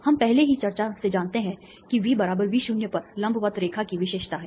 हम पहले की चर्चा से जानते हैं कि V V0 पर लंबवत रेखा की विशेषता है